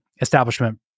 establishment